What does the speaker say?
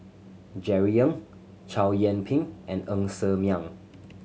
Jerry Ng Chow Yian Ping and Ng Ser Miang